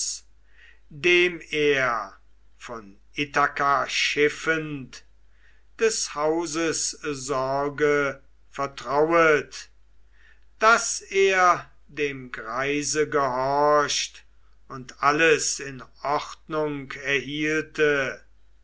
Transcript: dem er von ithaka schiffend des hauses sorge vertrauet daß er dem greise gehorcht und alles in ordnung erhielte